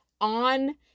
on